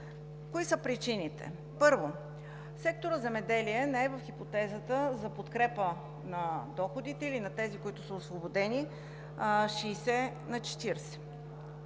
Кои са причините? Първо, секторът „Земеделие“ не е в хипотезата за подкрепа на доходите или на тези, които са освободени – 60/40.